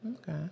Okay